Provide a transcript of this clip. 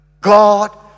God